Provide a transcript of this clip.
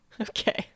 Okay